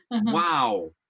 Wow